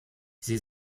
sie